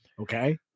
Okay